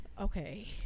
Okay